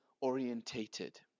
orientated